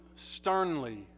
sternly